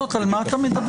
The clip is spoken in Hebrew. על מה אתה מדבר?